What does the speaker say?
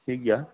ᱴᱷᱤᱠ ᱜᱮᱭᱟ